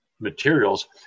materials